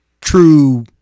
true